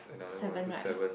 seven right